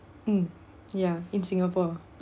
mm ya in singapore